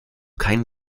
keinen